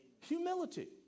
Humility